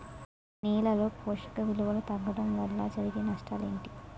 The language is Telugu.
నేలలో పోషక విలువలు తగ్గడం వల్ల జరిగే నష్టాలేంటి?